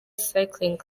cycling